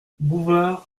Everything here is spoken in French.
bouvard